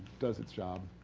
does it's job,